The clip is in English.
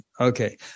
okay